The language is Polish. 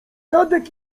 tadek